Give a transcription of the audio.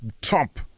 top